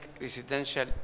residential